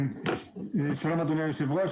שלום, אדוני היושב-ראש.